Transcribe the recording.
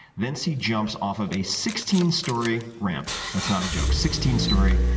then see jumps off of a sixteen story ramp. that's not a joke, sixteen story,